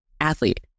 athlete